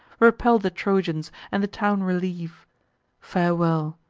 repel the trojans, and the town relieve farewell!